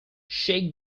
shake